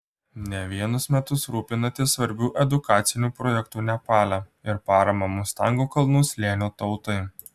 ne vienus metus rūpinatės svarbiu edukaciniu projektu nepale ir parama mustango kalnų slėnio tautai